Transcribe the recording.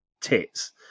tits